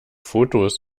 fotos